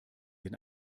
den